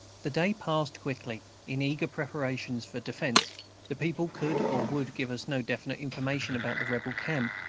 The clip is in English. the day passed quickly, in eager preparations for defence the people could or would give us no definite information about the rebel camp,